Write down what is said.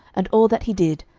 and all that he did,